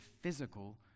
physical